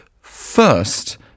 first